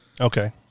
Okay